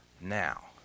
Now